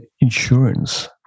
insurance